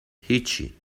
هیچی